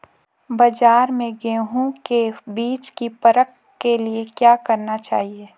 बाज़ार में गेहूँ के बीज की परख के लिए क्या करना चाहिए?